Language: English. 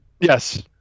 Yes